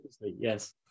yes